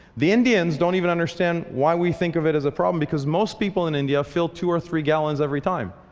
the indians don't even understand why we think of it as a problem because most people in india fill two or three gallons every time.